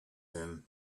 him